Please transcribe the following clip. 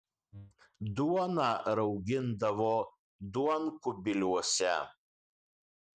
duoną raugindavo duonkubiliuose